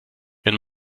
wenn